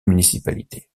municipalités